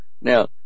Now